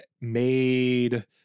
made